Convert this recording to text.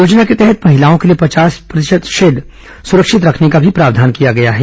योजना के तहत महिलाओं के लिए पचास प्रतिशत शेड सुरक्षित रखने का भी प्रावधान किया गया है